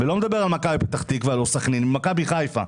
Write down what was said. ולא מדבר על מכבי פתח תקווה או סכנין, מכבי חיפה.